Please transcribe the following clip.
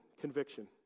conviction